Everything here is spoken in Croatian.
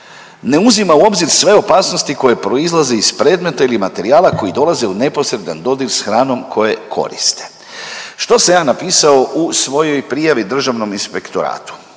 ne uzima u obzir sve opasnosti koje proizlaze iz predmeta ili materijala koji dolaze u neposredan dodir s hranom koje koriste. Što sam ja napisao u svojoj prijavi Državnom inspektoratu?